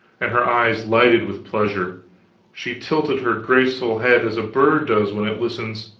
and her eyes lighted with pleasure she tilted her graceful head as a bird does when it listens.